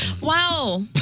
Wow